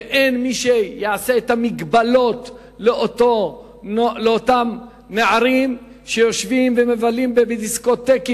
ואין מי שיעשה את המגבלות לאותם נערים שיושבים ומבלים בדיסקוטקים